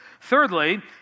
Thirdly